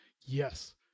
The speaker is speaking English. yes